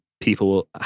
people